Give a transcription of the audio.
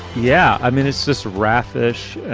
yeah. i mean, it's this raffish,